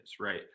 right